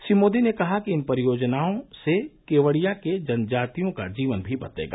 श्री मोदी ने कहा कि इन परियोजनाओं से केवड़िया के जनजातियों का जीवन भी बदलेगा